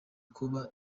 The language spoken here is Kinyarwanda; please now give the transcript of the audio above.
kuba